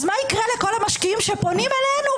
אז מה יקרה לכל המשקיעים שפונים אלינו?